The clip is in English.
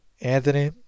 Anthony